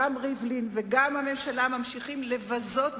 גם ריבלין וגם הממשלה ממשיכים לבזות,